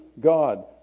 God